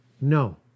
No